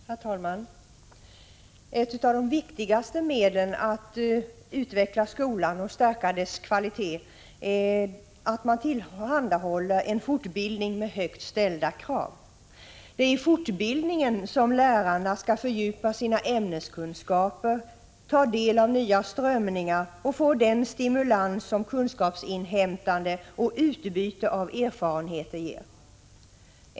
Herr talman! Ett av de viktigaste medlen för att utveckla skolan och stärka dess kvalitet är att tillhandahålla fortbildning med högt ställda krav. Det är i fortbildningen som lärarna kan fördjupa sina ämneskunskaper, ta del av nya strömningar och få den stimulans som kunskapsinhämtande och utbyte av erfarenheter ger.